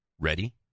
Ready